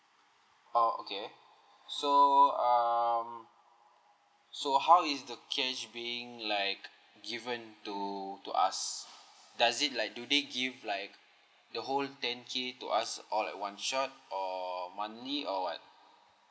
oh okay so um so how is the cash being like given to to us does it like do they give like the whole ten k to us all at one shot or monthly or what